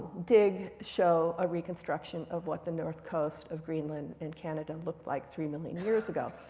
dig show a reconstruction of what the north coast of greenland and canada looked like three million years ago.